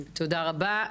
תודה רבה.